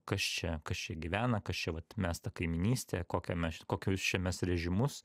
kas čia kas čia gyvena kas čia vat mes ta kaimynystė kokią čia kokius čia mes režimus